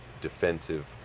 defensive